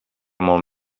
molt